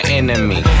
enemy